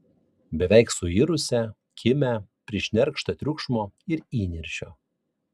beveik suirusią kimią prišnerkštą triukšmo ir įniršio